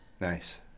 Nice